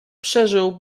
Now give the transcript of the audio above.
przeżył